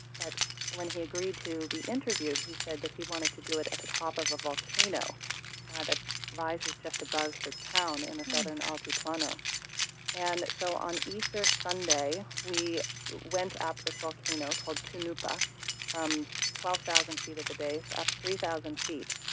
but when he agreed to be interviewed, he said that he wanted to do it at the top of a volcano that rises just above his town in the southern altiplano german nina and so on easter sunday we went up this volcano called thunupa from twelve thousand feet at the base up three thousand feet.